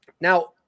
now